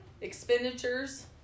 expenditures